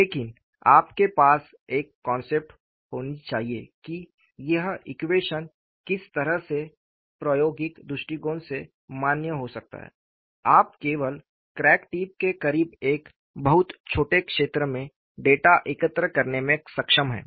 लेकिन आपके पास एक कॉन्सेप्ट होनी चाहिए कि यह ईक्वेशन किस तरह से प्रायोगिक दृष्टिकोण से मान्य हो सकता है आप केवल क्रैक टिप के करीब एक बहुत छोटे क्षेत्र में डेटा एकत्र करने में सक्षम हैं